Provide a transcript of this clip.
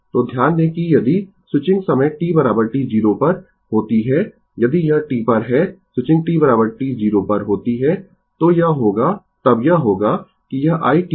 तो ध्यान दें कि यदि स्विचिंग समय t t 0 पर होती है यदि यह t पर है स्विचिंग t t 0 पर होती है तो यह होगा तब यह होगा कि यह i t 0 होगा